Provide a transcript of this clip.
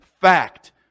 fact